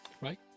right